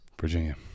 Virginia